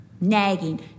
nagging